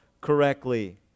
correctly